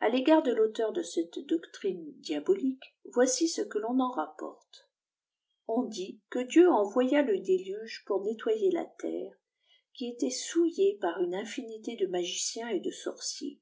a l'égard de l'auteur de cete docine diabolique voipi ce qu oq en rapporte on dit que dieu enwya le déluge pqpr nettoyer la iâè histoibe des solunm terré qui était soiidlée par une infinité de nubiens et de sorciers